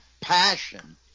passion